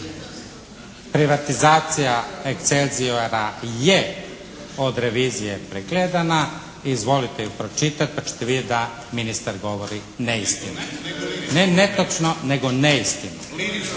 Privatizacija "Excelziora" je od revizije pregledana, izvolite ju pročitati pa ćete vidjeti da ministar govori neistinu. Ne netočno, nego neistinu.